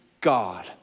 God